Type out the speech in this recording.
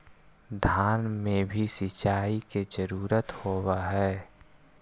धान मे भी सिंचाई के जरूरत होब्हय?